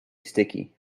sticky